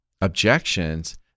objections